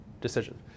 decision